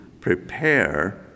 prepare